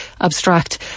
abstract